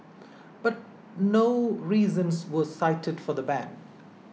but no reasons were cited for the ban